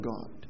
God